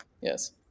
Yes